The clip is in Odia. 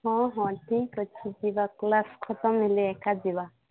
ହଁ ହଁ ଠିକଅଛି ଯିବା କ୍ଲାସ୍ ଖତମ୍ ହେଲେ ଏକା ଯିବା